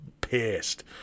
pissed